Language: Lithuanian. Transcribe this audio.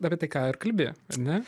apie tai ką ir kalbi ar ne